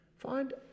Find